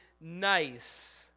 nice